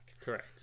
Correct